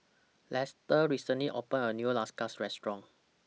Lester recently opened A New Restaurant